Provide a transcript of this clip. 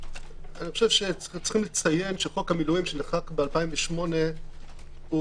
יש לציין שחוק המילואים שנחקק ב-2008 הוא